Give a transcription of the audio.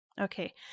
Okay